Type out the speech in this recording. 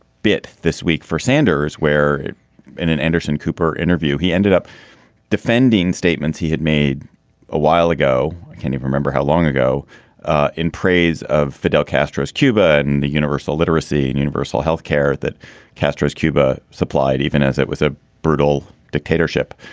bit this week for sanders, where in an anderson cooper interview he ended up defending statements he had made a while ago. can you remember how long ago ah in praise of fidel castro's cuba and the universal literacy and universal health care that castro's cuba supplied even as it was a brutal dictatorship?